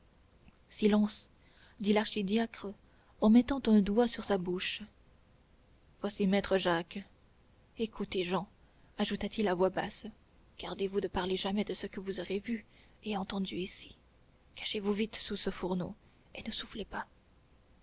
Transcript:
silence dit l'archidiacre en mettant un doigt sur sa bouche voici maître jacques écoutez jehan ajouta-t-il à voix basse gardez-vous de parler jamais de ce que vous aurez vu et entendu ici cachez-vous vite sous ce fourneau et ne soufflez pas